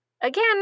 Again